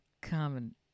common